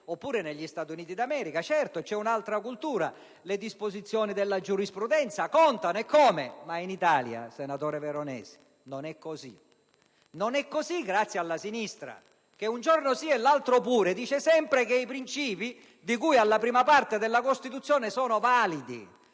stesso negli Stati Uniti d'America, dove c'è un'altra cultura. In tale contesto le disposizioni della giurisprudenza contano, eccome, ma in Italia, senatore Veronesi, non è così. E non lo è grazie alla sinistra che un giorno sì e l'altro pure afferma che i princìpi di cui alla Parte I della Costituzione sono validi,